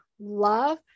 love